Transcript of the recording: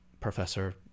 Professor